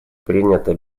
принято